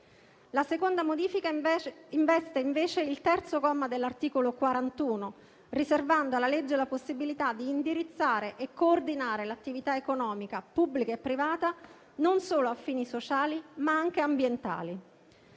La seconda modifica investe, invece, il terzo comma dell'articolo 41, riservando alla legge la possibilità di indirizzare e coordinare l'attività economica, pubblica e privata, a fini non solo sociali, ma anche ambientali.